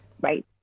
right